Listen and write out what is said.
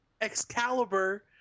excalibur